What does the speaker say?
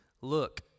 Look